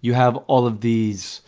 you have all of these